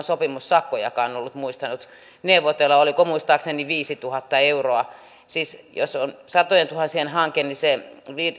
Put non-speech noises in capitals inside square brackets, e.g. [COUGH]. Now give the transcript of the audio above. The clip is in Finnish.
[UNINTELLIGIBLE] sopimussakkojakaan ollut muistanut neuvotella oliko muistaakseni viisituhatta euroa siis jos on satojentuhansien hanke niin se